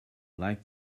like